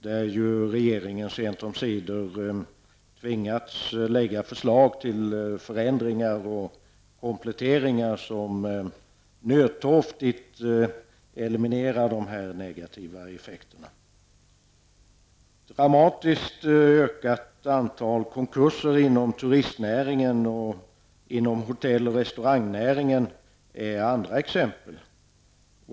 Där har regeringen sent omsider tvingats lägg fram förslag till förändringar och kompletteringar som nödtorftigt eliminerar de negativa effekterna. Dramatiskt ökat antal konkurser inom turistnäringen och inom hotell och restaurangnäringen är andra exempel.